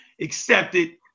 accepted